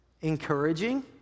encouraging